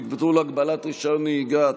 ביטול הגבלת רישיון נהיגה),